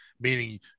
meaning